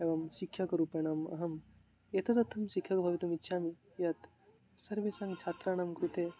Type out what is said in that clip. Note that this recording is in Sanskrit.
एवं शिक्षकरूपेण अहं एतदर्थं शिक्षकः भवितुमिच्छामि यत् सर्वेषां छात्राणां कृते